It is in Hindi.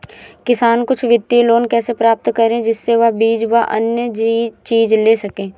किसान कुछ वित्तीय लोन कैसे प्राप्त करें जिससे वह बीज व अन्य चीज ले सके?